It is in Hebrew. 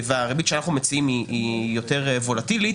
והריבית שאנחנו מציעים היא יותר וולטילית,